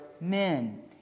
men